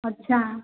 अच्छा